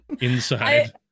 inside